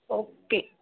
okay